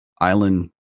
island